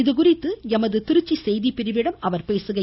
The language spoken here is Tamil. இதுகுறித்து எமது செய்திப்பிரிவிடம் அவர் பேசுகையில்